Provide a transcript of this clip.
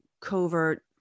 covert